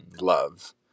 love